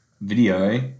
video